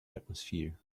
atmosphere